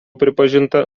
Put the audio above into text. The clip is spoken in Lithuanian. pripažinta